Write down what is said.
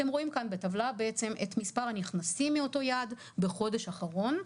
אתם רואים כאן בטבלה בעצם את מספר הנכנסים מאותו יעד בחודש אחרון,